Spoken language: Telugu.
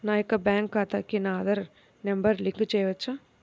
నా యొక్క బ్యాంక్ ఖాతాకి నా ఆధార్ నంబర్ లింక్ చేయవచ్చా?